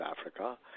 Africa